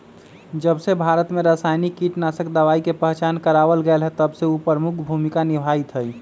जबसे भारत में रसायनिक कीटनाशक दवाई के पहचान करावल गएल है तबसे उ प्रमुख भूमिका निभाई थई